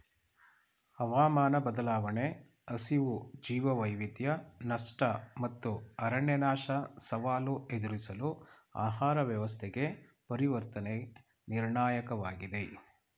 ಹವಾಮಾನ ಬದಲಾವಣೆ ಹಸಿವು ಜೀವವೈವಿಧ್ಯ ನಷ್ಟ ಮತ್ತು ಅರಣ್ಯನಾಶ ಸವಾಲು ಎದುರಿಸಲು ಆಹಾರ ವ್ಯವಸ್ಥೆಗೆ ಪರಿವರ್ತನೆ ನಿರ್ಣಾಯಕವಾಗಿದೆ